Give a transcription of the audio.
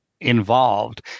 involved